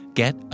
get